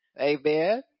amen